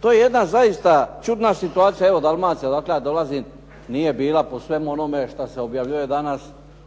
To je jedna zaista čudna situacija, evo Dalmacija odakle ja dolazim nije bila po svemu onome što se objavljuje danas